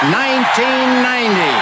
1990